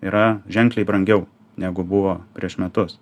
yra ženkliai brangiau negu buvo prieš metus